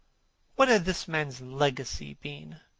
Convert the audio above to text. what had this man's legacy been?